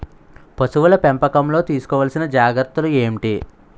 పశువుల పెంపకంలో తీసుకోవల్సిన జాగ్రత్త లు ఏంటి?